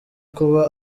kuba